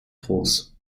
groß